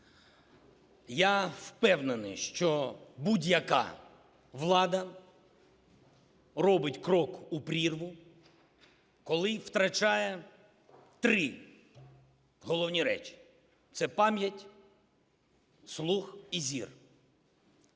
я впевнений, що будь-яка влада робить крок у прірву, коли втрачає три головні речі – це пам'ять, слух і зір.